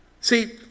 see